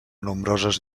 nombroses